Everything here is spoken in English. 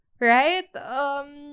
right